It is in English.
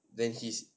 then his